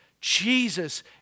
Jesus